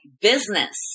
business